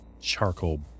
charcoal